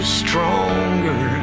stronger